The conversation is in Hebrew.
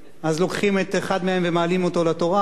אז לוקחים אחד מהם ומעלים אותו לתורה.